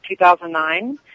2009